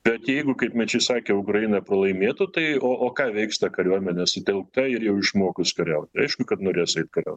bet jeigu kaip mečys sakė ukraina pralaimėtų tai o o ką veiks ta kariuomenė sutelkta ir jau išmokus kariauti aišku kad norės eit kariaut